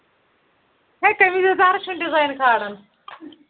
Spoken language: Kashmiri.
ہے کٔمیٖز یَزارَس چھِنہٕ ڈِزایِن کھالان